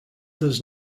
does